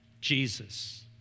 Jesus